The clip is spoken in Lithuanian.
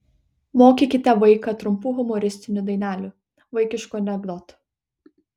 mokykite vaiką trumpų humoristinių dainelių vaikiškų anekdotų